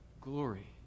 glory